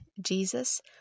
Jesus